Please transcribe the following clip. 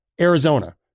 Arizona